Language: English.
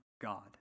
God